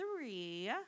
three